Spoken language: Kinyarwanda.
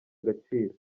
agaciro